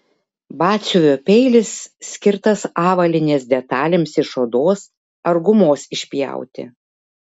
batsiuvio peilis skirtas avalynės detalėms iš odos ar gumos išpjauti